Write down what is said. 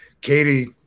Katie